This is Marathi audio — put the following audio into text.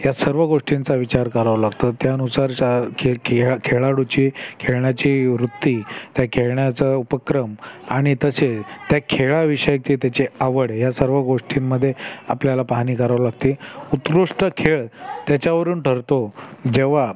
ह्या सर्व गोष्टींचा विचार करावं लागतो त्यानुसार ज्या खे खेळ खेळाडूची खेळण्याची वृत्ती त्या खेळण्याचा उपक्रम आणि तसे त्या खेळाविषयीची त्याची आवड या सर्व गोष्टींमध्ये आपल्याला पाहणी करावं लागते उत्कृष्ट खेळ त्याच्यावरून ठरतो जेव्हा